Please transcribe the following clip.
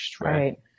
Right